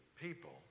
people